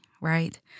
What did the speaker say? right